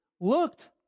looked